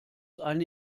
eine